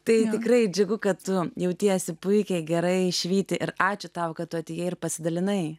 tai tikrai džiugu kad tu jautiesi puikiai gerai švyti ir ačiū tau kad atėjai ir pasidalinai